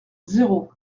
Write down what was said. zéro